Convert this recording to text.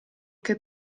che